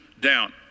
down